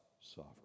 sovereign